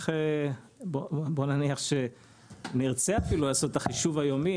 בואו נניח שגם אם נרצה לעשות את החישוב היומי,